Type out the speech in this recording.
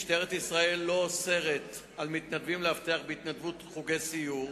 משטרת ישראל אינה אוסרת על מתנדבים לאבטח בהתנדבות חוגי סיור,